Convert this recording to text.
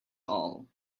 all